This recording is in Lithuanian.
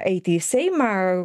eiti į seimą